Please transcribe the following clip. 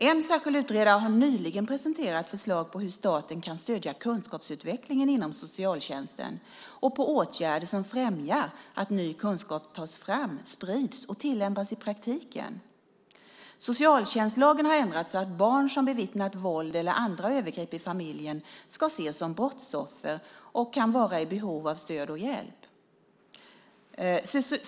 En särskild utredare har nyligen presenterat förslag till hur staten kan stödja kunskapsutvecklingen inom socialtjänsten och till åtgärder som främjar att ny kunskap tas fram, sprids och tillämpas i praktiken. Socialtjänstlagen har ändrats så att barn som bevittnat våld eller andra övergrepp i familjen ska ses som brottsoffer och kan vara i behov av stöd och hjälp.